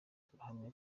turahamya